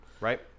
Right